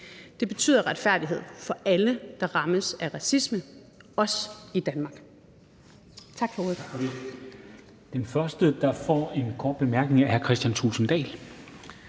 Det betyder retfærdighed for alle, der rammes af racisme, også i Danmark.